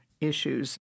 issues